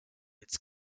its